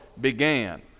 began